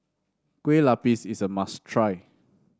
Kue Lupis is a must try